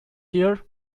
here